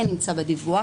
כן נמצא בדיווח,